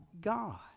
God